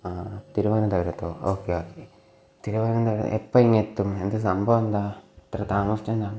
തിരുവനന്തപുരത്തോ okay okay Thiruvananthapuram എപ്പോൾ ഇങ്ങ് എത്തും എന്താ സംഭവമെന്താണ് ഇത്ര താമസിച്ചെന്താണ്